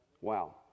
Wow